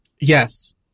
Yes